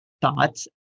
thoughts